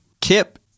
Kip